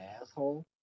asshole